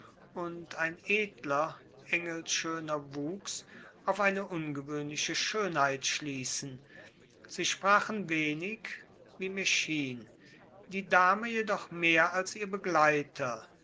und ein edler engelschöner wuchs auf eine ungewöhnliche schönheit schließen sie sprachen wenig wie mir schien die dame jedoch mehr als ihr begleiter